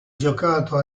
giocato